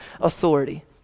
authority